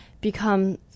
become